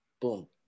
boom